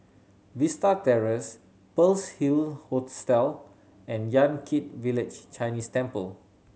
Vista Terrace Pearl's Hill Hostel and Yan Kit Village Chinese Temple